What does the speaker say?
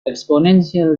exponential